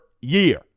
year